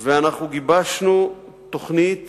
ואנחנו גיבשנו תוכנית